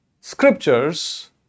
scriptures